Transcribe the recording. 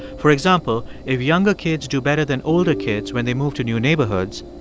for example, if younger kids do better than older kids when they move to new neighborhoods,